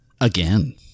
again